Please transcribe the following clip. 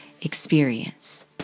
experience